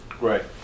Right